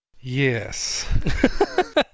Yes